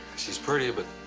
she's pretty, but